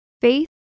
Faith